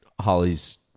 holly's